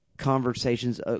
Conversations